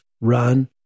run